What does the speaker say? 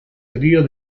trío